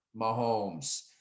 mahomes